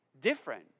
different